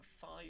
five